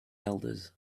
elders